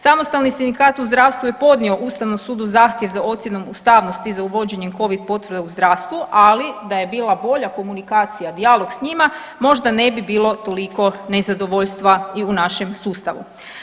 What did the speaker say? Samostalni sindikat u zdravstvu je podnio ustavnom sudu zahtjev za ocjenom ustavnosti za uvođenjem covid potvrda u zdravstvu, ali da je bila bolja komunikacija i dijalog s njima možda ne bi bilo toliko nezadovoljstva i u našem sustavu.